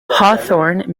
hawthorne